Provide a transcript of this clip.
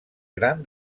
gran